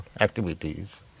activities